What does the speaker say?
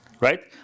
right